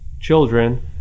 children